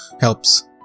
helps